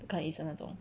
不看医生那种